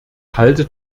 halte